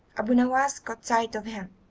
abu nowas caught sight of him.